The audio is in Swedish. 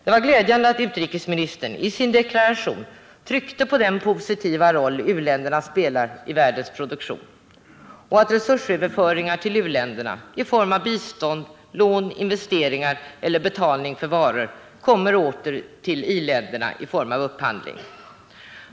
Det var glädjande att utrikesministern i sin deklaration tryckte på den positiva roll u-länderna spelar i världens produktion och att resursöverföringar till u-länderna i form av bistånd, lån, investeringar eller betalning för varor kommer åter till i-länderna i form av upphandling.